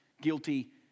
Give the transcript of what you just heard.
guilty